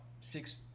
six